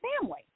family